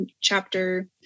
chapter